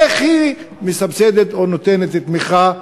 איך היא מסבסדת או נותנת תמיכה.